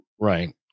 right